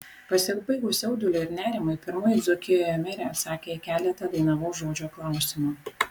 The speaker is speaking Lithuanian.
pasibaigus jauduliui ir nerimui pirmoji dzūkijoje merė atsakė į keletą dainavos žodžio klausimų